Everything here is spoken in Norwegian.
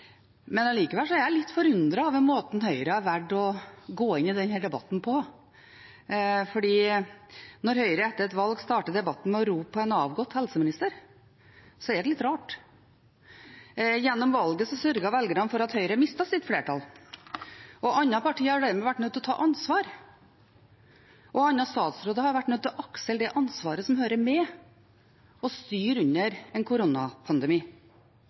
men allikevel er jeg litt forundret over måten Høyre har valgt å gå inn i denne debatten på, for når Høyre etter et valg starter debatten med å rope på en avgått helseminister, er det litt rart. Gjennom valget sørget velgerne for at Høyre mistet sitt flertall. Andre partier har dermed vært nødt til å ta ansvar, og andre statsråder har vært nødt til å aksle det ansvaret som hører med å styre under en koronapandemi.